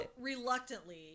reluctantly